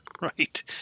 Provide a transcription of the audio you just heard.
Right